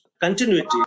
continuity